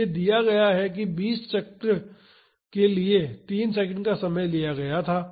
तो यह दिया गया है कि 20 पूर्ण चक्रों के लिए 3 सेकंड का समय लिया गया था